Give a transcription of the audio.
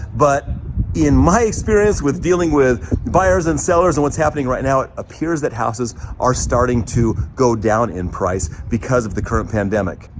but in my experience with dealing with buyers and sellers and what's happening right now, it appears that houses are starting to go down in price because of the current pandemic.